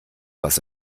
was